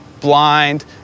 blind